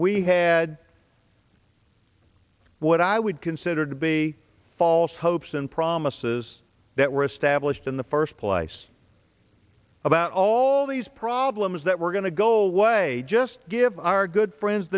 we had what i would consider to be false hopes and promises that were established in the first place about all these problems that we're going to go away just give our good friends